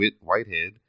Whitehead